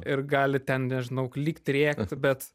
ir gali ten nežinau klykti rėkti bet